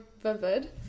vivid